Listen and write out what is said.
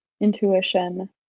intuition